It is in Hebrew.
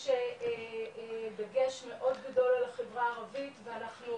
יש דגש מאוד גדול על החברה הערבית ואנחנו